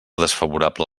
desfavorable